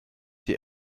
die